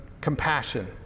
compassion